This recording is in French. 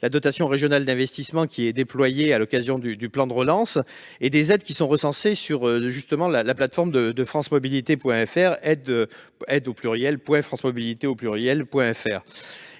la dotation régionale d'investissement, qui est déployée à l'occasion du plan de relance, et des aides qui sont recensées sur la plateforme aides.francemobilités.fr. Il y a également